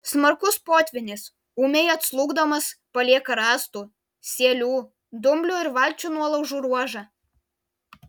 smarkus potvynis ūmiai atslūgdamas palieka rąstų sielių dumblių ir valčių nuolaužų ruožą